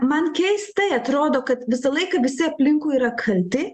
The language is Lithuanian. man keistai atrodo kad visą laiką visi aplinkui yra kalti